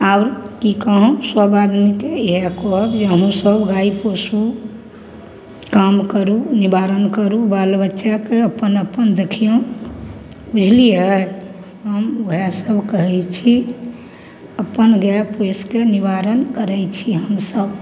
आओर कि कहौँ सभ आदमीके इएह कहब जे अहूँसभ गाइ पोसू काम करू निवारण करू बालबच्चाकेँ अप्पन अप्पन देखिऔन बुझलिए हम वएहसब कहै छी अप्पन गाइ पोसिके निवारण करै छी हमसभ